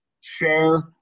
share